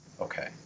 Okay